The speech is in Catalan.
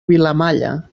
vilamalla